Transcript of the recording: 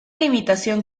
limitación